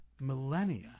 millennia